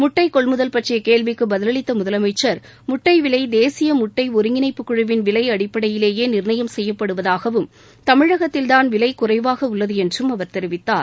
முட்டை கொள்முதல் பற்றிய கேள்விக்கு பதிலளித்த முதலமைச்சர் முட்டை விலை தேசிய முட்டை ஒருங்கிணைப்புக் குழுவின் விலை அடிப்படையிலேயே நிர்ணயம் செய்யப்படுவதாகவும் தமிழகத்தில்தான் விலை குறைவாக உள்ளது என்றும் அவர் தெரிவித்தார்